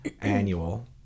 annual